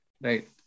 right